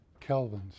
kelvins